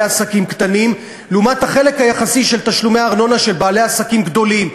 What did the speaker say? עסקים קטנים לחלק היחסי של תשלומי ארנונה של בעלי עסקים גדולים,